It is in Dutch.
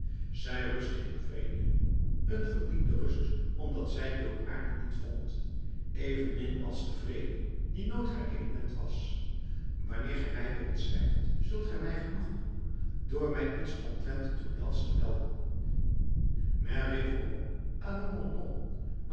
zij ruste in vrede een verdiende rust omdat zij die op aarde niet vond evenmin als den vrede die nooit haar element was wanneer u mij weer eens schrijft zult u mij genoegen doen door mij iets omtrent de tournels te melden mais revenons à nos